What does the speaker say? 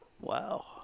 Wow